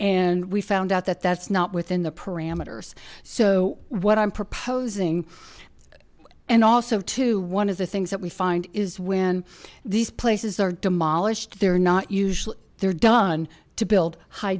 and we found out that that's not within the parameters so what i'm proposing and also to one of the things that we find is when these places are demolished they're not usually they're done to build high